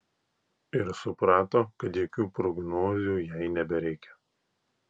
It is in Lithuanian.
ir suprato kad jokių prognozių jai nebereikia